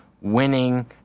winning